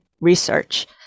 research